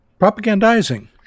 propagandizing